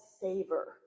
SAVOR